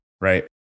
right